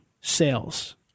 sales